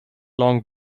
long